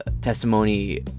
testimony